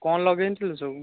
କ'ଣ ଲଗେଇଥିଲୁ ସବୁ